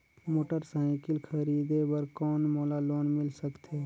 Motorcycle खरीदे बर कौन मोला लोन मिल सकथे?